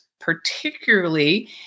particularly